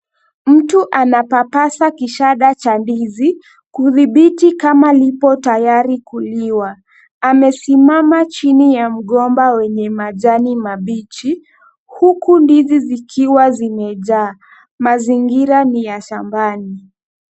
Mtu anapapasa kishada cha ndizi kudhibiti kama lipo tayari kuliwa ,amesimama chini ya mgomba wenye majani mabichi, huku ndizi zikiwa zimejaa ,mazingira ni ya shambani .